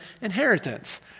inheritance